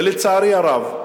ולצערי הרב,